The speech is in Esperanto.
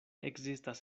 ekzistas